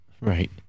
Right